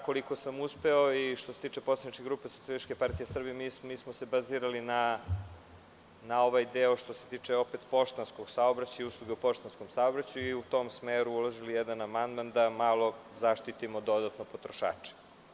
Koliko sam uspeo i što se tiče poslaničke grupe SPS mi smo se bazirali na ovaj deo što se tiče poštanskog saobraćaja i usluge u poštanskom saobraćaju, i u tom smeru uložili jedan amandman, da malo zaštitimo dodatno potrošače.